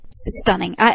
Stunning